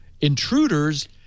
Intruders